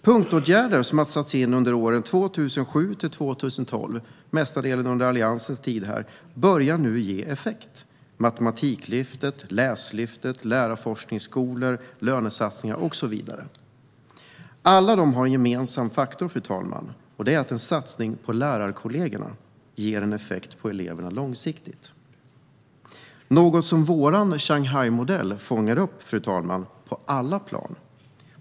Punktåtgärder som sattes in under åren 2007-2012, alltså mest under alliansregeringens tid, börjar ge effekt. Det handlar om Matematiklyftet, Läslyftet, lärarforskarskolor, lönesatsningar och så vidare. Alla dessa har som gemensam faktor att en satsning på lärarkollegorna ger en effekt på eleverna långsiktigt. Det är något som vår Shanghaimodell fångar upp på alla plan.